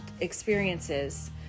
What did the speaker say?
experiences